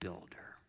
Builder